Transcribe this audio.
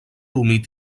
humit